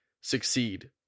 succeed